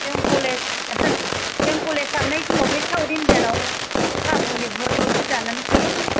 जों कलेज जों कलेज हाबनाय समाव बे साउथ इन्दियान आव काबुलि बुरल'सो जानानै फैयोमोन